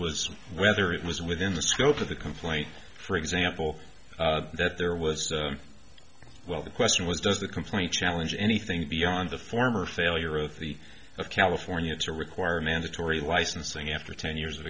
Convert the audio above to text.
was whether it was within the scope of the complaint for example that there was well the question was does the complaint challenge anything beyond the former failure of the of california to require mandatory licensing after ten years of